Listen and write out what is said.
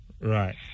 Right